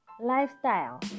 lifestyle